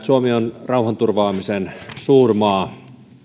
suomi on rauhanturvaamisen suurmaa